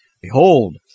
Behold